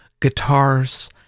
guitars